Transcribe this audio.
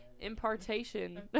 impartation